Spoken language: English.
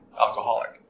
alcoholic